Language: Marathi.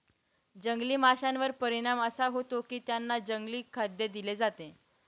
जंगली माशांवर परिणाम असा होतो की त्यांना जंगली खाद्य दिले जाते